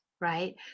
right